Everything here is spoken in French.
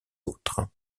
autres